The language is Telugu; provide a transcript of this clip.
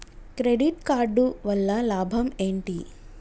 క్రెడిట్ కార్డు వల్ల లాభం ఏంటి?